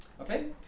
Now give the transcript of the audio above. Okay